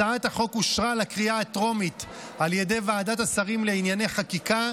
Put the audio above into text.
הצעת החוק אושרה לקריאה הטרומית על ידי ועדת השרים לענייני חקיקה,